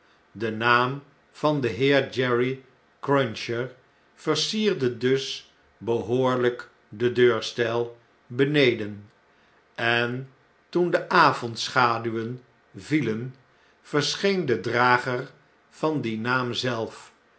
de naam van den heer jerry cruncher versierde dus behoorlyk den deurstijl beneden en toen de avondschaduwen vielen verscheen de drager van dien naam zelf